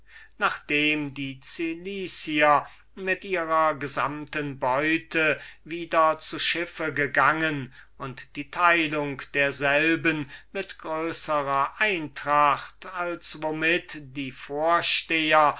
nachdem die cilicier mit ihrer gesamten beute wieder zu schiffe gegangen und die teilung derselben mit größerer eintracht als womit die vorsteher